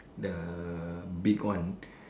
the big one